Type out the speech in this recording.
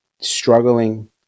struggling